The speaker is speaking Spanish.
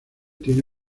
tiene